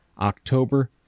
October